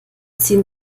ziehen